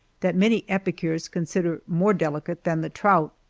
that many epicures consider more delicate than the trout.